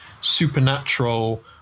supernatural